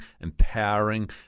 empowering